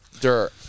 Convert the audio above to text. dirt